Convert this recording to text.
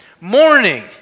morning